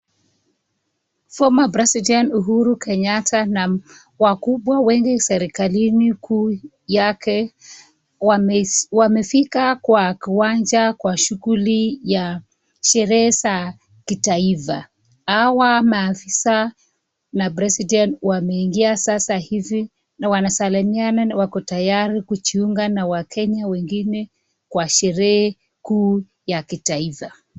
Former president Uhuru Kenyatta na wakubwa wengi serekalini kuu yake, wamefika kwa kiwanja kwa shuguli ya sherehe za kitaifa. Hawa maafisa na president wameingia sasa hivi na wanasalimiana na wako tayari kujiunga na wakenya wengine kwa sherehe kuu ya kitaifa.